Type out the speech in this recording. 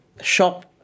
shop